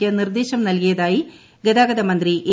ക്ക് നിർദ്ദേശം നൽകിയതായി ഗതാഗതമന്ത്രി എ